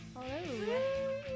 Hello